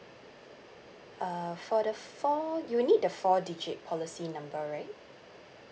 uh for the four you need the four digit policy number right